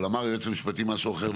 אבל אמר היועץ המשפטי משהו אחר,